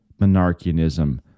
monarchianism